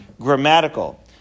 grammatical